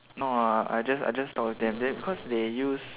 no ah I just I just talk with them because they use